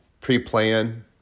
pre-plan